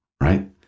Right